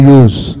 use